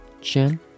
Chen